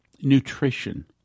nutrition